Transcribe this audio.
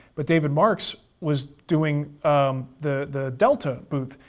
but david marks was doing the the delta booth,